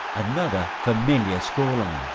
another familiar scoreline.